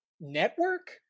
network